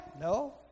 No